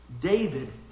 David